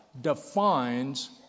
defines